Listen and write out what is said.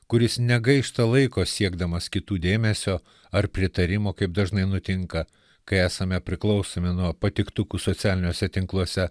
kuris negaišta laiko siekdamas kitų dėmesio ar pritarimo kaip dažnai nutinka kai esame priklausomi nuo patiktukų socialiniuose tinkluose